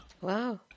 Wow